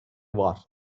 var